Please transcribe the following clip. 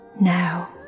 now